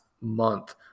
month